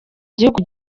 igihugu